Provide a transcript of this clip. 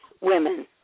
women